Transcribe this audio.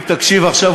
אם תקשיב עכשיו,